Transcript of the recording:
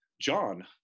John